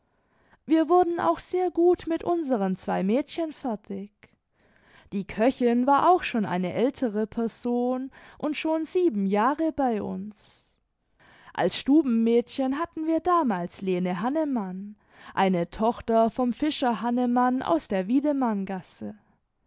wir wurden auch sehr gut mit unseren zwei mädchen fertig die köchin war auch schon eine ältere person und schon sieben jahre bei uns als stubenmädchen hatten wir damals lene hannemann eine tochter vom fischer hannemann aus der wiedemanngasse